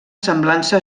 semblança